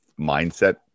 mindset